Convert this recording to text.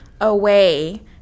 away